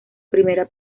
primera